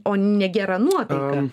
o ne gera nuotaika